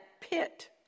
pit